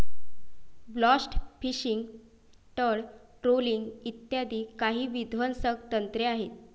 blast fishing, तळ trolling इ काही विध्वंसक तंत्रे आहेत